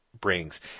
brings